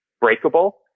breakable